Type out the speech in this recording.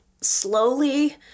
slowly